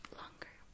longer